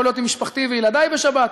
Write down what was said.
יכול להיות עם משפחתי וילדי בשבת,